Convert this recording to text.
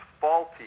faulty